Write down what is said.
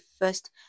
first